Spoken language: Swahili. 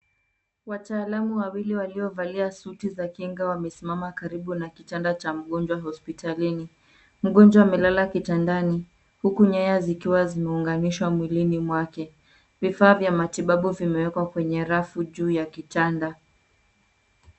Wataalamu wawili waliovalia suti za kinga wamesimama karibu na kitanda cha mgonjwa hospitalini. Mgonjwa amelala kitandani huku nyaya zikiwa zimeunganishwa mwilini mwake. Vifaa vya matibabu vimewekwa kwenye rafu juu ya kitanda.